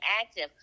active